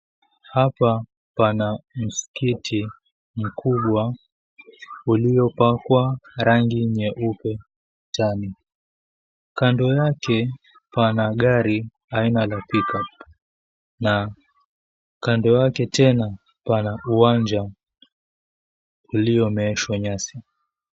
Hapa pana msikiti mkubwa uliopakwa rangi nyeupe tani. Kando yake pana gari aina la, Pick-Up na kando yake tena pana uwanja uliomeeshwa nyasi.